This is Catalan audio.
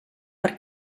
per